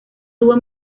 tuvo